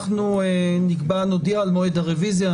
נודיע על מועד הרביזיה.